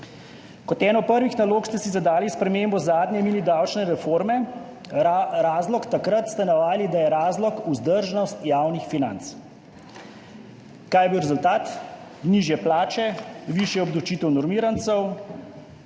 Kot eno prvih nalog ste si zadali spremembo zadnje mini davčne reforme, takrat ste navajali, da je razlog vzdržnost javnih financ. Kaj je bil rezultat? Nižje plače, višja obdavčitev normirancev,